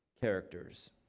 characters